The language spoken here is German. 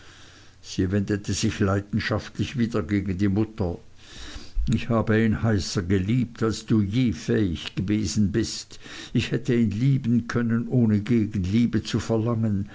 sie wendete sich leidenschaftlich wieder gegen die mutter ich habe ihn heißer geliebt als du je fähig gewesen bist ich hätte ihn lieben können ohne gegenliebe zu verlangen